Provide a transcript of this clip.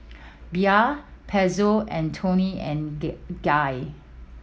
Bia Pezzo and Toni and Get Guy